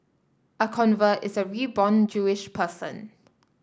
a convert is a reborn Jewish person